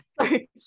Sorry